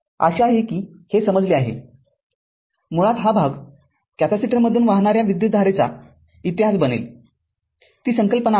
आशा आहे कि हे समजले आहे मुळात हा भाग कॅपेसिटरमधून वाहणाऱ्या विद्युतधारेचा इतिहास बनेल ती संकल्पना आहे